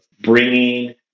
bringing